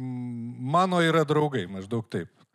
mano yra draugai maždaug taip